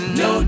no